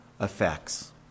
effects